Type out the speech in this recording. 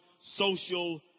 social